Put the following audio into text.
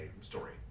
story